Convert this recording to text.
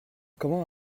comment